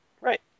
Right